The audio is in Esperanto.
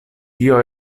tio